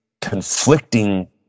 conflicting